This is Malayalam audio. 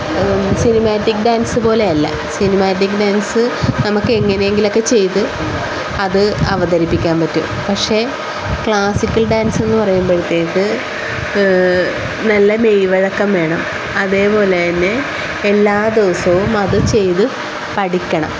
സിനിമാറ്റിക് ഡാൻസ് പോലെയല്ല സിനിമാറ്റിക് ഡാൻസ് നമുക്ക് എങ്ങനെയെങ്കിലുമൊക്കെ ചെയ്ത് അത് അവതരിപ്പിക്കാൻ പറ്റും പക്ഷേ ക്ലാസിക്കൽ ഡാൻസ് എന്ന് പറയുമ്പഴത്തേക്ക് നല്ല മെയ് വഴക്കം വേണം അതേപോലെ തന്നെ എല്ലാ ദിവസവും അത് ചെയ്ത് പഠിക്കണം